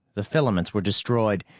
the filaments were destroyed,